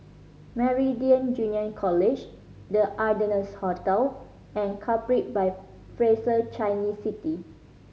Meridian Junior College The Ardennes Hotel and Capri by Fraser Changi City